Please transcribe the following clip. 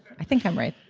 i think i'm right